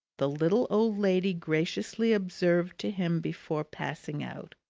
the little old lady graciously observed to him before passing out,